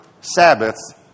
Sabbaths